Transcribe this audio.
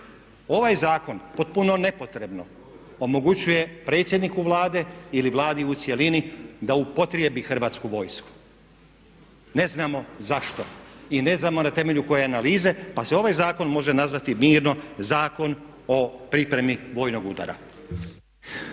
Ovaj zakon potpuno nepotrebno omogućuje predsjedniku Vlade ili Vladi u cjelini da upotrijebi Hrvatsku vojsku. Ne znamo zašto i ne znamo na temelju koje analize. Pa se ovaj zakon može nazvati mirno zakon o pripremi vojnog udara.